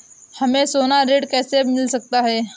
हमें सोना ऋण कैसे मिल सकता है?